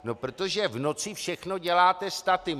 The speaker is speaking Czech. No protože v noci všechno děláte statim.